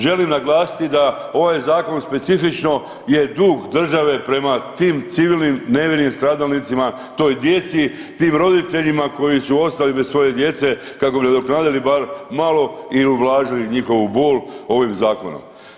Želim naglasiti da ovaj zakon specifično je dug države prema tim civilnim nevinim stradalnicima toj djeci, tim roditeljima koji su ostali bez svoje djece kako bi nadoknadili bar malo ili ublažili njihovu bol ovim zakonom.